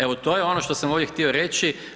Evo, to je ono što sam ovdje htio reći.